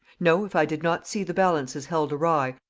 no, if i did not see the balances held awry,